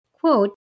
Quote